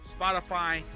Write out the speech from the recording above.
Spotify